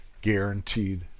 Guaranteed